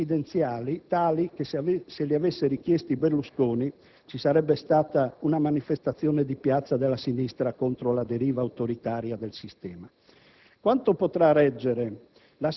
e assumendo poteri neopresidenziali tali che, se li avesse richiesti Berlusconi, ci sarebbe stata una manifestazione di piazza della sinistra contro la deriva autoritaria del sistema?